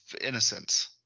innocence